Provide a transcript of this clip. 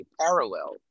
parallel